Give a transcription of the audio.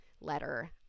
letter